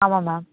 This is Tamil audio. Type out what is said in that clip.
ஆமாம் மேம்